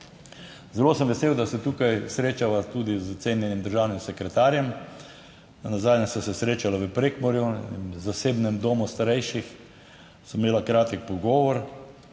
Zelo sem vesel, da se tukaj srečava tudi s cenjenim državnim sekretarjem. Nazadnje sva se srečala v Prekmurju, v zasebnem domu starejših, sva imela kratek pogovor.